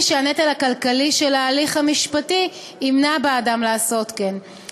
שהנטל הכלכלי של ההליך המשפטי ימנע בעדם לעשות כן.